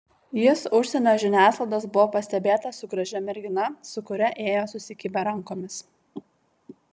jis užsienio žiniasklaidos buvo pastebėtas su gražia mergina su kuria ėjo susikibę rankomis